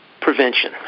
prevention